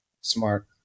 Smart